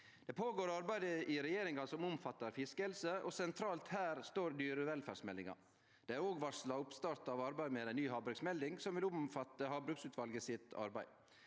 Det føregår arbeid i regjeringa som omfattar fiskehelse, og sentralt her står dyrevelferdsmeldinga. Det er òg varsla oppstart av arbeid med ei ny havbruksmelding, som vil omfatte arbeidet frå